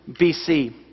BC